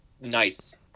nice